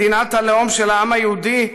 מדינת הלאום של העם היהודי,